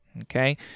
Okay